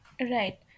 Right